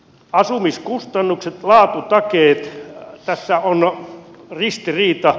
asumiskustannukset laatutakeet tässä on ristiriita